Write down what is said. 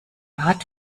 art